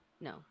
no